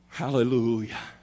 hallelujah